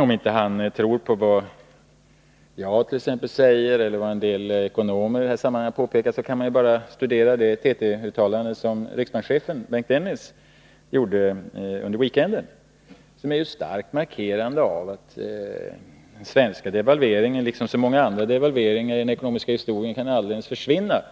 Om han inte tror på vad t.ex. jag säger eller vad en del ekonomer i detta sammanhang har påpekat, kan han studera det TT uttalande som riksbankschefen Bengt Dennis gjorde under weekenden. Det är en stark markering av att de positiva effekterna av den svenska devalveringen, liksom varit fallet vid så många andra devalveringar i den ekonomiska historien, alldeles kan försvinna